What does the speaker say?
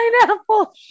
pineapple